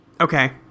Okay